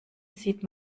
sieht